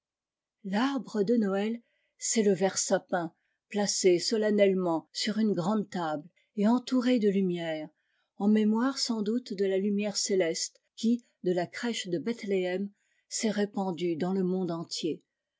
l'arbre de noël c'est le vert sapin placé solennellement sur une grande table et entouré de lumières en mémoire sans doute de la lumière céleste qui de la crèche de bethléem s'est répandue dans le monde entier